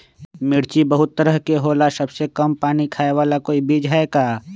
मिर्ची बहुत तरह के होला सबसे कम पानी खाए वाला कोई बीज है का?